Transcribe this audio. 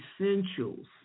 essentials